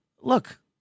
look